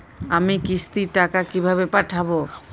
আমি কিস্তির টাকা কিভাবে পাঠাব?